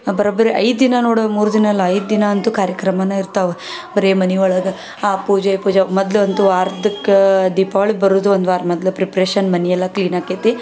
ಬರೋಬ್ಬರಿ ಐದು ದಿನ ನೋಡೋರು ಮೂರು ದಿನ ಅಲ್ಲ ಐದು ದಿನ ಅಂತೂ ಕಾರ್ಯಕ್ರಮನೇ ಇರ್ತಾವ ಬರೀ ಮನೆಯೊಳಗೆ ಆ ಪೂಜೆ ಈ ಪೂಜೆ ಮೊದ್ಲಂತೂ ಅರ್ಧಕ್ಕೆ ದೀಪಾವಳಿ ಬರೋದು ಒಂದು ವಾರ ಮೊದ್ಲೇ ಪ್ರಿಪರೇಷನ್ ಮನೆಯೆಲ್ಲ ಕ್ಲೀನ್ ಆಕ್ಕೈತಿ